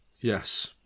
Yes